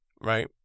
Right